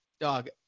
Dog